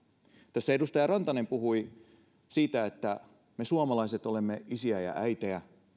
tässä edustaja rantanen puhui siitä että me suomalaiset olemme isiä ja äitejä